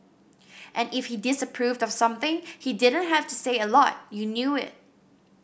and if he disapproved of something he didn't have to say a lot you knew it